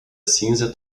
cinza